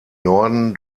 norden